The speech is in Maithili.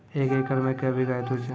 एक एकरऽ मे के बीघा हेतु छै?